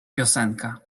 piosenka